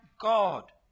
God